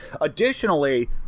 Additionally